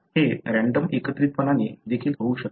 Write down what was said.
हे रँडम एकत्रीकरणाने देखील होऊ शकते